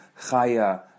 Chaya